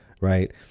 right